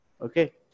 Okay